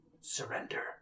surrender